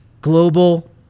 global